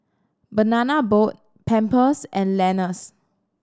Banana Boat Pampers and Lenas